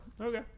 Okay